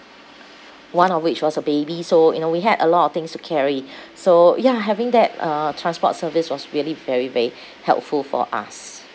one of which was a baby so you know we had a lot of things to carry so ya having that uh transport service was really very very helpful for us